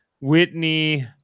Whitney